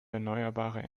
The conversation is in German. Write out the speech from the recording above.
erneuerbare